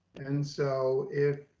and so if,